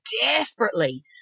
desperately